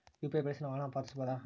UPI ಬಳಸಿ ನಾವು ಹಣ ಪಾವತಿಸಬಹುದಾ?